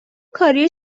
کاری